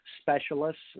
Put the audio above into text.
specialists